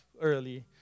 early